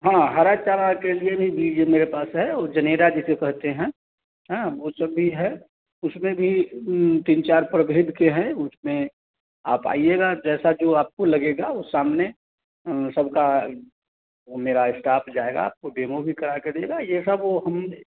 हाँ हरा चारा के लिए भी बीज मेरे पास है ओ जनेरा जिसे कहते हैं हाँ वो सब भी है उसमें भी तीन चार प्रभेद के हैं उसमें आप आइएगा जैसा जो आपको लगेगा वो सामने सबका ओ मेरा इस्टाफ़ जाएगा आपको डेमो करा के देगा ये सब वो हम